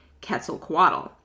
Quetzalcoatl